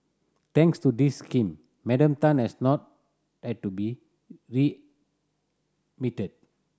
thanks to this scheme Madam Tan has not had to be